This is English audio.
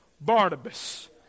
Barnabas